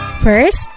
First